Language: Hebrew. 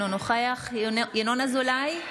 אינו נוכח ינון אזולאי,